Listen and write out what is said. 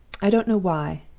i don't know why,